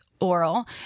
oral